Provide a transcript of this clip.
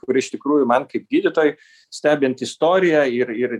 kur iš tikrųjų man kaip gydytojui stebint istoriją ir ir